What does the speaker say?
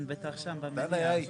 התשס"ח-2008,